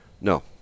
No